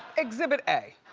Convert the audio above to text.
exhibit a.